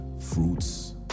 fruits